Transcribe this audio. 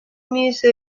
music